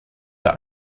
der